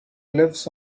lives